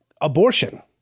abortion